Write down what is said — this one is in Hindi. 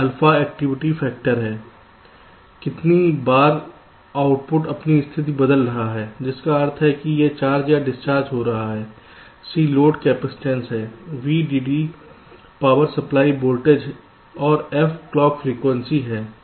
अल्फा एक्टिविटी फैक्टर है कितनी बार आउटपुट अपनी स्थिति बदल रहा है जिसका अर्थ है कि यह चार्ज या डिस्चार्ज हो रहा है C लोड कैपेसिटेंस है VDD पावर सप्लाई वोल्टेज और F क्लॉक फ्रिकवेंसी है